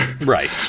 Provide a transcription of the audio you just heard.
Right